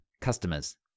customers